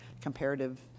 comparative